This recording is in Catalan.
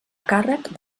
càrrec